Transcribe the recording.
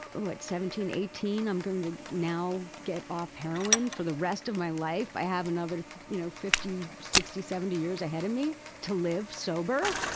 at seventeen, eighteen, i'm going to now get off heroin for the rest of my life. i have another you know fifty, sixty, seventy years ahead of me to live sober.